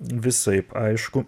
visaip aišku